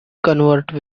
convert